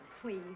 Please